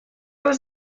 was